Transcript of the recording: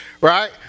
Right